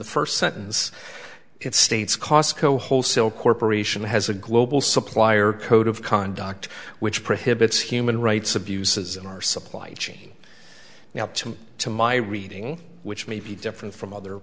first sentence it states costco wholesale corporation has a global supplier code of conduct which prohibits human rights abuses in our supply chain now to me to my reading which may be different from other